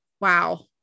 Wow